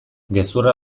gezurra